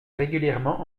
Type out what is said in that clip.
régulièrement